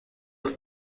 être